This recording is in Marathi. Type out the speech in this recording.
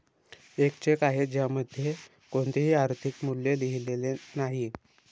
एक चेक आहे ज्यामध्ये कोणतेही आर्थिक मूल्य लिहिलेले नाही